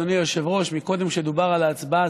אדוני היושב-ראש: קודם כשדובר על ההצבעה,